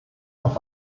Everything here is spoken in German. auf